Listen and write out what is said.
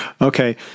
okay